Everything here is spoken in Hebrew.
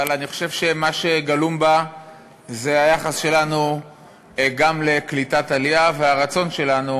אבל אני חושב שמה שגלום בה זה היחס שלנו לקליטת עלייה והרצון שלנו